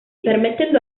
permettendo